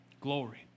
Glory